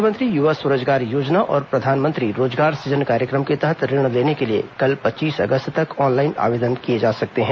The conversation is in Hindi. मुख्यमंत्री युवा स्वरोजगार योजना और प्रधानमंत्री रोजगार सृजन कार्यक्रम के तहत ऋण लेने के लिए कल पच्चीस अगस्त तक ऑनलाइन आवेदन दिए जा सकते हैं